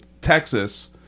Texas